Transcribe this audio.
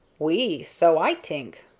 oui so i t'ink.